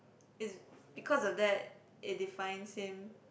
is because of that it defines him